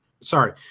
Sorry